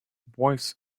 voice